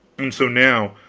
and so now,